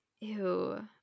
Ew